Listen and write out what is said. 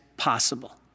possible